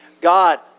God